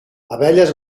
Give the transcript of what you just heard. abelles